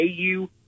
AU